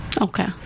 Okay